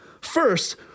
First